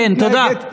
כן, תודה.